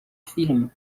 film